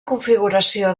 configuració